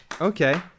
okay